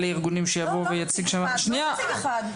הארגונים שיבוא ויציג שם --- לא רק נציג אחד.